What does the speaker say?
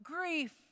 grief